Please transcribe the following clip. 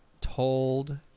told